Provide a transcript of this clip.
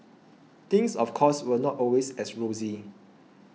things of course were not always as rosy